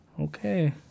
Okay